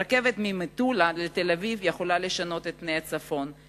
רכבת ממטולה לתל-אביב יכולה לשנות את פני הצפון,